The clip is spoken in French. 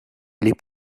les